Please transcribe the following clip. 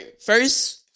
first